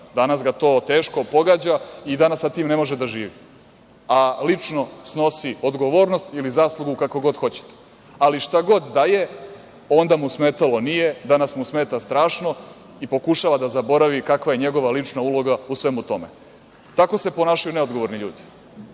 danas ga to teško pogađa i danas sa tim ne može da živi, a lično snosi odgovornost ili zaslugu, kako god hoćete, ali šta god da je, onda mu smetalo nije, danas mu smeta strašno i pokušava da zaboravi kakva je njegova lična uloga u svemu tome. Tako se ponašaju neodgovorni ljudi.S